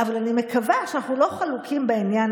אבל אני מקווה שאנחנו לא חלוקים בעניין